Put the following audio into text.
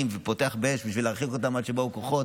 ופותח באש בשביל להרחיק אותם עד שבאו כוחות,